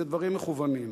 זה דברים מכוונים,